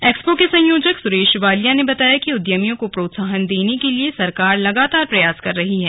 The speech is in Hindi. एक्सपो के संयोजक सुरेश वालिया ने बताया कि उद्यमियों को प्रोत्साहन देने के लिए सरकार लगातार प्रयास कर रही है